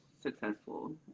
successful